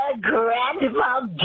Grandma